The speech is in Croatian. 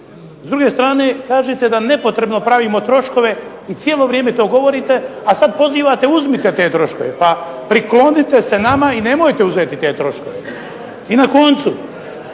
S druge strane, kažete da nepotrebno pravimo troškove i cijelo vrijeme to govorite, sada pozivate uzmite te troškove, pa priklonite se nama i nemojte uzeti te troškove. I na koncu,